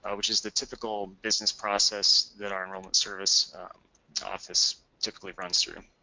which is the typical business process that our enrollment service office typically runs through.